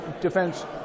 defense